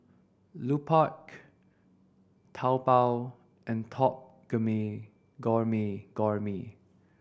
Lupark Taobao and Top Gourmet